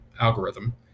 algorithm